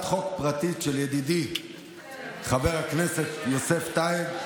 חוק פרטית של ידידי חבר הכנסת יוסף טייב,